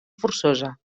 forçosa